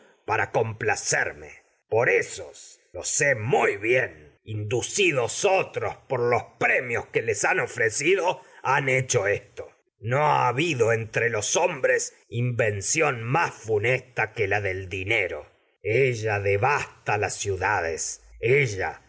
para complacerme por ésos lo sé muy bien inducidos otros por los premios que les han ofre entre cido han invención hecho esto más no ha habido que los hombres ella devasta su funesta la del dinero las ciudades industria